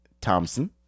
Thompson